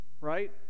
Right